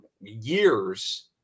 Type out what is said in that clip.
years